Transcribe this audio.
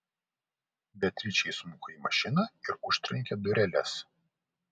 beatričė įsmuko į mašiną ir užtrenkė dureles